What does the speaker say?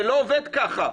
זה לא עובד ככה,